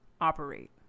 operate